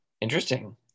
Interesting